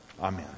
Amen